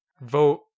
vote